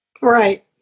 Right